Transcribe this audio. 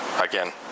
Again